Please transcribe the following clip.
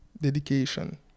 dedication